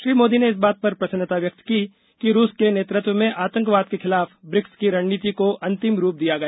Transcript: श्री मोदी ने इस बात पर प्रसन्नता व्यक्त की कि रूस के नेतृत्व में आतंकवाद के खिलाफ ब्रिक्स की रणनीति को अंतिम रूप दिया गया